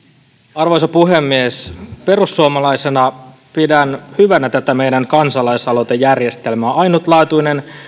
arvoisa puhemies perussuomalaisena pidän hyvänä tätä meidän kansalaisaloitejärjestelmäämme ainutlaatuinen